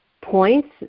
points